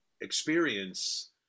experience